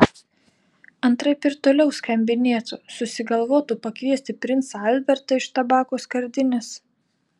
antraip ir toliau skambinėtų susigalvotų pakviesti princą albertą iš tabako skardinės